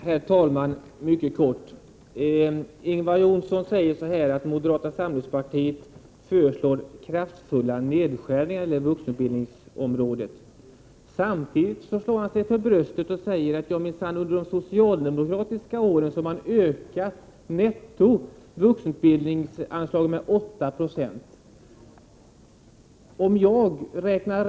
Herr talman! Ingvar Johnsson säger att moderata samlingspartiet föreslår kraftfulla nedskärningar på vuxenutbildningsområdet. Samtidigt slår han sig för bröstet och säger att man under de socialdemokratiska åren har netto ökat vuxenutbildningsanslaget med 8 26.